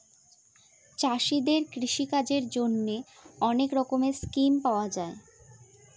চাষীদের কৃষিকাজের জন্যে অনেক রকমের স্কিম পাওয়া যায়